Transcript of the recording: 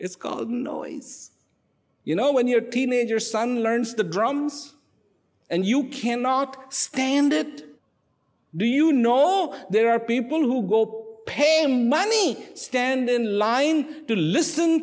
it's called noise you know when your teenager son learns the drums and you cannot stand it do you know there are people who go pay money stand in line to listen